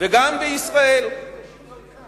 וגם בישראל